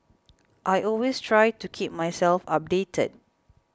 I always try to keep myself updated